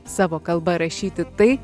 savo kalba rašyti tai